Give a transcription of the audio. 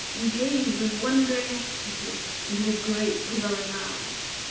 and gazed with wondering ecstasy into his great, glowing eyes.